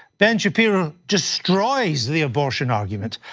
ben shapiro destroys the abortion argument.